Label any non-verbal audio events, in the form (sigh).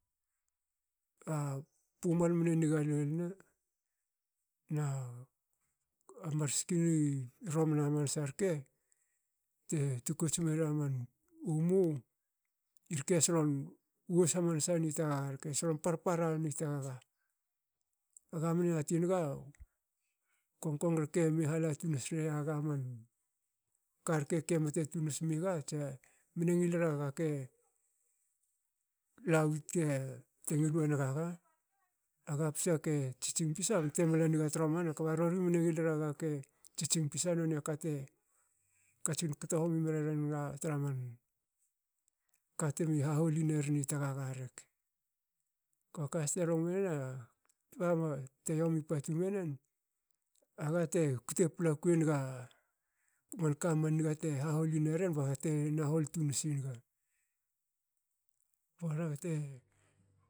A pumal mne niga lol ne na mar ski romana hamansa rke te tukots mera man umu. irke solon worse hamansa ni tagaga rke solon parpara ni tagaga. Aga mne yatin naga kongkong rke hala tun nas riyaga man karke ke mte tun nasmi ga tse mne ngilera gake lawu ke te ngil won gaga. aga pisa ke tsitsing pisa bte mla niga tromanna kba rori mne ngilera gake tsitsing pisa nonia kate katsin kto homi mreren ga tra man katme haholi neren i tagaga rek. ka- ka has ter rong menen (unintelligible) ba te yomi patu menen aga te kute paplaku enaga man ka man niga te haholi neren baga te nahol tun nasi naga